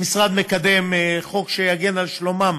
המשרד מקדם חוק שיגן על שלומם,